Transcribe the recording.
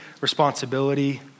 responsibility